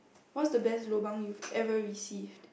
what's the best lobang you've ever received